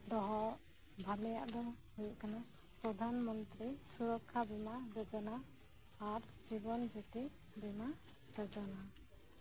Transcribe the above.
ᱫᱚᱦᱚ ᱵᱷᱟᱞᱮᱭᱟᱜ ᱫᱚ ᱦᱩᱭᱩᱜ ᱠᱟᱱᱟ ᱯᱨᱚᱫᱷᱟᱱ ᱢᱚᱱᱛᱨᱤ ᱥᱩᱨᱚᱠᱠᱷᱟ ᱵᱤᱢᱟ ᱡᱳᱡᱳᱱᱟ ᱟᱨ ᱡᱤᱵᱚᱱ ᱡᱳᱛᱤ ᱵᱤᱢᱟ ᱡᱳᱡᱳᱱᱟ